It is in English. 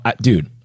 dude